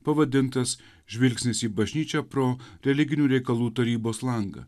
pavadintas žvilgsnis į bažnyčią pro religinių reikalų tarybos langą